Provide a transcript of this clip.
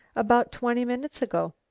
about twenty minutes ago.